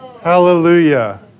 Hallelujah